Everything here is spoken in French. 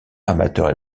amateurs